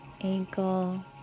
Ankle